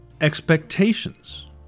expectations